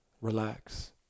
relax